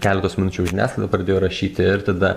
keletos minučių jau žiniasklaida pradėjo rašyti ir tada